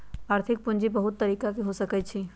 आर्थिक पूजी बहुत तरिका के हो सकइ छइ